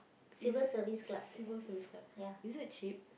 it's Civil-Service-Club is it cheap